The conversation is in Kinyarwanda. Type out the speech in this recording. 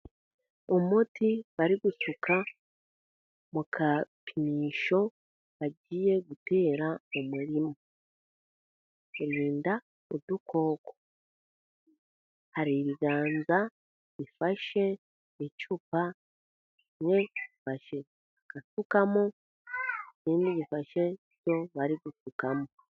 Umuti bari gusuka mu gapimisho, bagiye gutera umurima, urinda udukoko. Hari ibiganza bifashe icupa basukamo, ikindi gifashe iryo bari gusukamo.